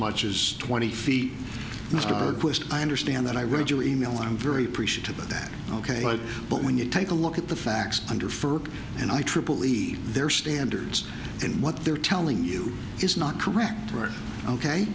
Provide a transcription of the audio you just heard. much as twenty feet mr quest i understand that i read your e mail i'm very appreciative of that ok but when you take a look at the facts under ferk and i triple e their standards and what they're telling you is not correct ok